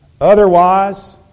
Otherwise